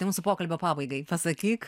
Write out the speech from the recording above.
tai mūsų pokalbio pabaigai pasakyk